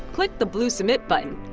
click the blue submit button.